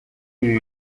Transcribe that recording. ibi